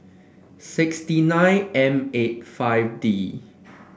sixty nine M eight F D